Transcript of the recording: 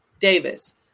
Davis